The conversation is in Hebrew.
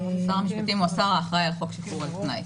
שר המשפטים הוא השר האחראי על חוק שחרור על תנאי.